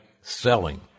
Selling